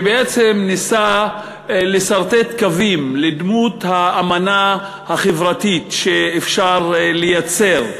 שניסה לסרטט קווים לדמות האמנה החברתית שאפשר לייצר,